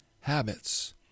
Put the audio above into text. habits